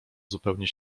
zupełnie